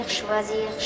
choisir